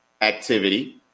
activity